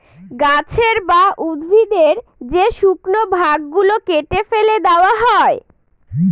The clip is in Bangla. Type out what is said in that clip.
গাছের বা উদ্ভিদের যে শুকনো ভাগ গুলো কেটে ফেলে দেওয়া হয়